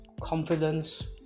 confidence